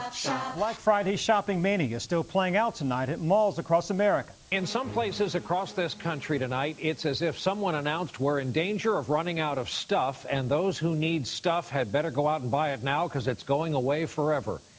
shop black friday shopping mania still playing out tonight at malls across america. in some places across this country tonight, it's as if someone announced we're in danger of running out of stuff, and those who need stuff had better go out and buy it now cause it's going away forever.